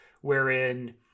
wherein